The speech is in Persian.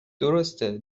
درسته